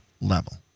level